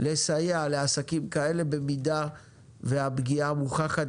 לסייע לעסקים כאלה במידה והפגיעה מוכחת